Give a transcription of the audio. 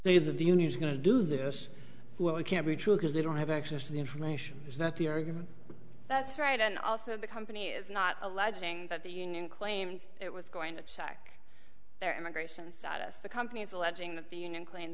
that the union is going to do this well it can't be true because they don't have access to the information is that the argument that's right and also the company is not alleging that the union claimed it was going to check their immigration status the company is alleging that the union cl